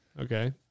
Okay